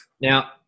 now